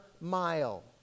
mile